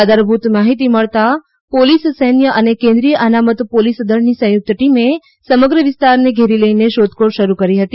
આધારભૂત માહિતી મળતા પોલીસ સૈન્ય અને કેન્દ્રીય અનામત પોલીસ દળની સંયુક્ત ટીમે સમગ્ર વિસ્તારને ઘેરી લઇને શોધખોળ શરૂ કરી હતી